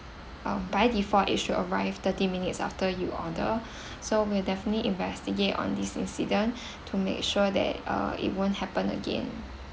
uh by default it should arrive thirty minutes after you order so we'll definitely investigate on these incident to make sure that uh it won't happen again